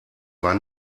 war